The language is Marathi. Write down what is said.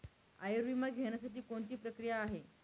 आयुर्विमा घेण्यासाठी कोणती प्रक्रिया आहे?